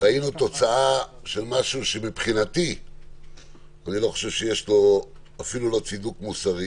שאין לו אפילו צידוק מוסרי